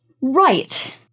Right